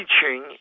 teaching